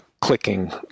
clicking